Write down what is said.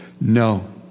No